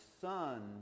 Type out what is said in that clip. son